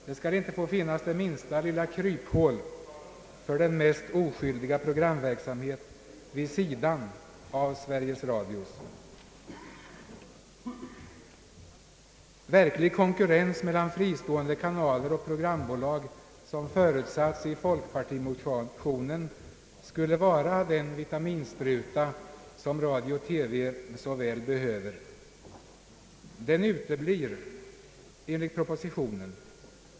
Det skall inte få finnas det minsta lilla kryphål för den mest oskyldiga programverksamhet vid sidan av Sveriges Radio. Verklig konkurrens mellan fristående kanaler och programbolag, som föreslagits i folkpartimotionen, skulle vara den vitaminspruta som radio-TV så väl behöver. Den uteblir enligt propositionen.